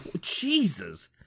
jesus